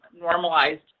normalized